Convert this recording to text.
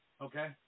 Okay